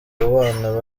bana